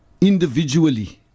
individually